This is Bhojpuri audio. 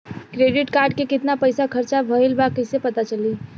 क्रेडिट कार्ड के कितना पइसा खर्चा भईल बा कैसे पता चली?